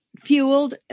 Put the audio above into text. fueled